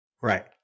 Right